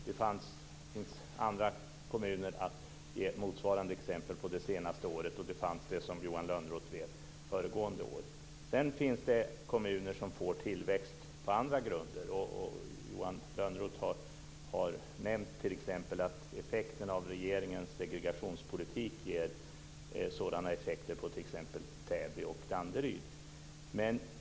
Det finns andra kommuner som är motsvarande exempel det senaste året. Det finns, som Johan Lönnroth vet, exempel föregående år. Det finns kommuner som får tillväxt på andra grunder. Johan Lönnroth har nämnt att effekten av regeringens segregationspolitik ger sådana effekter i t.ex. Täby och Danderyd.